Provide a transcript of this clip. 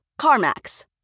CarMax